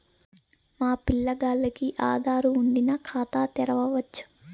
మా పిల్లగాల్లకి ఆదారు వుండిన ఖాతా తెరవచ్చు